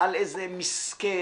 על איזה מסכן.